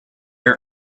are